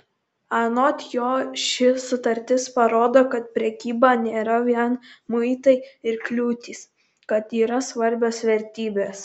anot jo ši sutartis parodo kad prekyba nėra vien muitai ir kliūtys kad yra svarbios vertybės